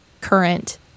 current